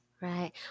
Right